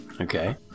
Okay